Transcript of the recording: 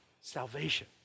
Salvation